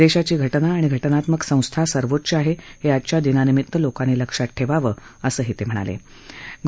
देशाची घाजा आणि घाजात्मक संस्था सर्वोच्च आहे हे आजच्या दिनानिमित्त लोकांनी लक्षात ठेवावं असं त्यांनी म्हाऊंय